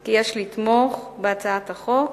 כי יש לתמוך בהצעת החוק,